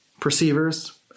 perceivers